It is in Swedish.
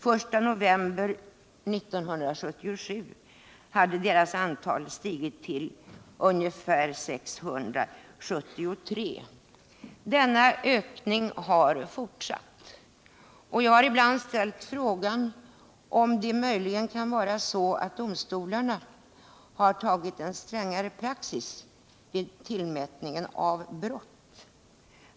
Den 1 november 1977 hade antalet stigit till 673. Denna ökning har fortsatt. Jag har ibland ställt frågan om det möjligen kan vara så att domstolarna har infört en strängare praxis vid utmätningen av straff för brott.